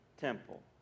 temple